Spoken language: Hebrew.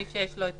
מי שיש לו את